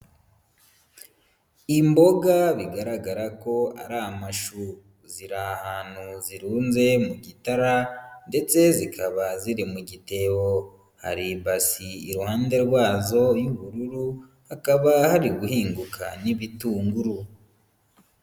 Imboga bigaragara ko ari amashu, ziri ahantu zirunze mu gitara ndetse zikaba ziri mu gitebo, hari ibasi iruhande rwazo y'ubururu hakaba hari guhinguka n'ibitunguru.